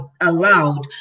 allowed